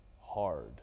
hard